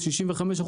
65%,